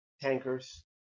tankers